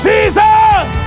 Jesus